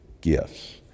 gifts